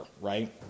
right